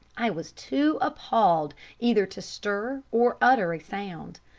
i was too appalled either to stir or utter a sound.